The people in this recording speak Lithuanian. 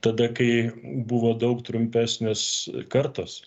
tada kai buvo daug trumpesnės kartos